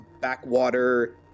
backwater